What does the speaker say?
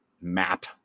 map